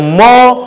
more